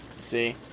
See